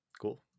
cool